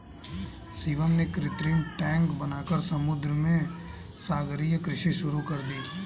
शिवम ने कृत्रिम टैंक बनाकर समुद्र में सागरीय कृषि शुरू कर दी